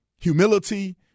humility